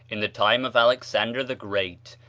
in the time of alexander the great,